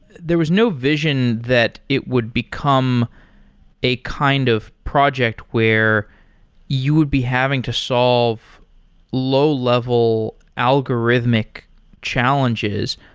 there was no vision that it would become a kind of project where you would be having to solve low-level algor ithmic challenges.